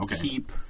keep